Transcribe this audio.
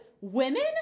women